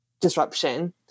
disruption